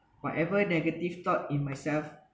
whatever negative thought in myself